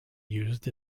used